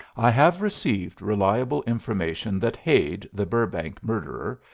i have received reliable information that hade, the burrbank murderer,